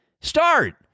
start